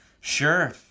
sure